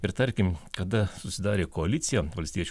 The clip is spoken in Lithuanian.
ir tarkim kada susidarė koalicija valstiečių